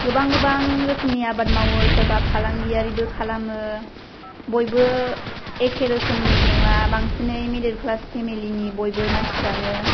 गोबां गोबां रोखोमनि आबाद मावो सोरबा फालांगियारिबो खालामो बयबो एखे रोखोमनि नङा बांसिनै मिदोल क्लास फेमिलिनि मानसिफोरानो